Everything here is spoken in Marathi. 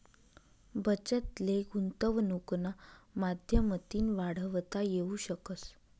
बचत ले गुंतवनुकना माध्यमतीन वाढवता येवू शकस